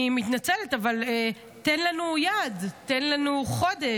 אני מתנצלת, אבל תן לנו יעד, תן לנו חודש,